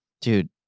Dude